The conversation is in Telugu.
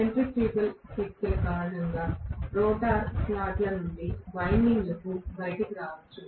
సెంట్రిఫ్యూగల్ శక్తుల కారణంగా రోటర్ స్లాట్ల నుండి వైండింగ్లు బయటకు రావచ్చు